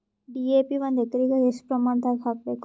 DAP ಒಂದು ಎಕರಿಗ ಎಷ್ಟ ಪ್ರಮಾಣದಾಗ ಹಾಕಬೇಕು?